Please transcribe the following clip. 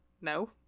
no